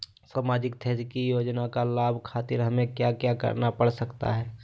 सामाजिक क्षेत्र की योजनाओं का लाभ खातिर हमें क्या क्या करना पड़ सकता है?